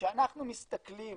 כשאנחנו מסתכלים